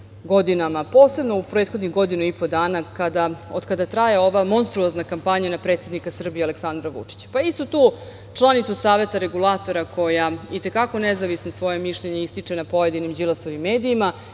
godinama, posebno u prethodnih godinu i po dana od kada traje ova monstruozna kampanja na predsednika Srbije Aleksandra Vučića. Istu tu članicu Saveta regulatora koja je i te kako nezavisno svoje mišljenje ističe na pojedinim Đilasovim medijima,